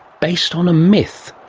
based on a myth.